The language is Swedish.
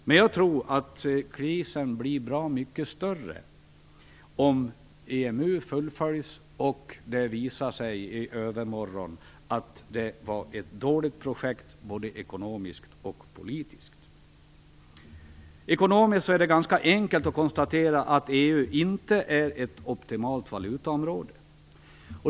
Men jag tror att krisen blir bra mycket större om EMU fullföljs och det i övermorgon visar sig vara ett dåligt projekt både ekonomiskt och politiskt. Ekonomiskt är det ganska enkelt att konstatera att EU inte är ett optimalt valutaområde.